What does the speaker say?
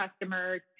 customers